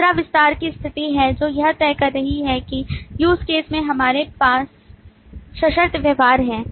दूसरा विस्तार की स्थिति है जो यह तय कर रही है कि use case में क्या हमारे पास सशर्त व्यवहार है